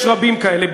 יש רבים כאלה,